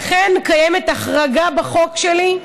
לכן קיימת החרגה בחוק שלי,